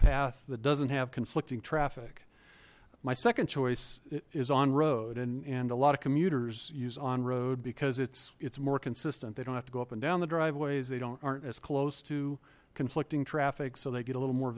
path that doesn't have conflicting traffic my second choice is on road and and a lot of commuters use on road because it's it's more consistent they don't have to go up and down the driveways they don't aren't as close to conflicting traffic so they get a little more